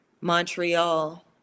Montreal